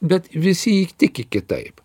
bet visi jį tiki kitaip